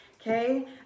okay